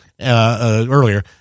earlier